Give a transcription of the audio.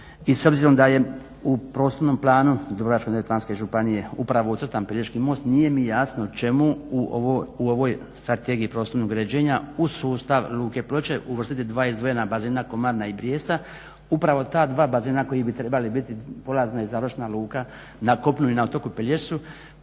i s obzirom da je u Prostornom planu Dubrovačko-neretvanske županije upravo ucrtan Pelješki most nije mi jasno čemu u ovoj Strategiji prostornog uređenja uz sustav Luke Ploče uvrstiti dva izdvojena bazena Komarna i Brijesta, upravo ta dva bazena koji bi trebali biti polazna i završna luka na kopnu i na otoku Pelješcu,